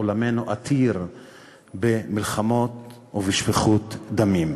עולמנו עתיר במלחמות ובשפיכות דמים.